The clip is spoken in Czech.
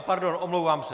Pardon, omlouvám se.